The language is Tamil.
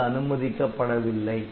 அது அனுமதிக்கப்படவில்லை